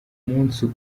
umunsi